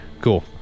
Cool